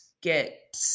get